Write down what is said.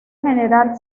general